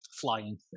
Flying